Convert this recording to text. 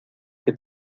que